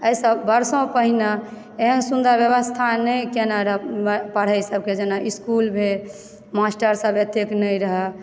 एहिसँ वर्षो पहिने एहन सुन्दर व्यवस्था नहि कयने रहय पढ़यसभके जेना इस्कूल भेल मास्टरसभ एतेक नहि रहय